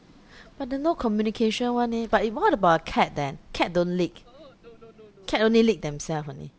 but they no communication [one] eh but if what about a cat then cat don't lick cat only lick themselves only